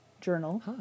journal